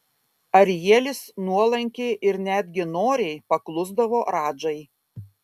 arielis nuolankiai ir netgi noriai paklusdavo radžai